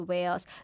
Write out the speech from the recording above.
Wales